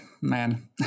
man